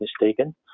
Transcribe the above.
mistaken